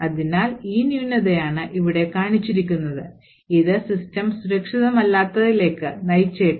അതിനാൽ ഈ ന്യൂനതയാണ് ഇവിടെ കാണിച്ചിരിക്കുന്നത് ഇത് സിസ്റ്റം സുരക്ഷിതമല്ലാത്തതിലേക്ക് നയിച്ചേക്കാം